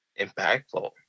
impactful